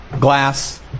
glass